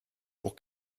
pour